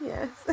Yes